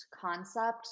concept